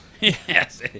Yes